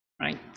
Right